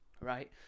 right